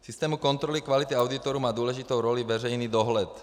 V systému kontroly kvality auditorů má důležitou roli veřejný dohled.